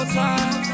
time